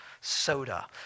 soda